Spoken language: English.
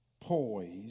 poised